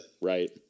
right